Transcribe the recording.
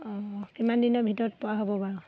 অঁ কিমান দিনৰ ভিতৰত পোৱা হ'ব বাৰু